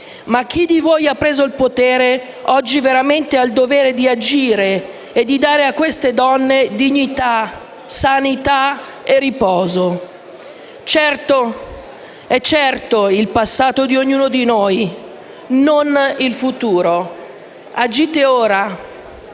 ma chi di voi ha preso il potere, oggi ha il dovere di agire e dare a queste donne dignità, sanità e riposo. È certo il passato di ognuno di noi, non il futuro. Agite ora.